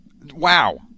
Wow